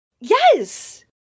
Yes